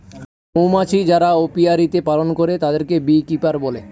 মৌমাছি যারা অপিয়ারীতে পালন করে তাদেরকে বী কিপার বলে